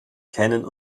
kennen